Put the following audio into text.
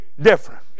different